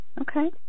Okay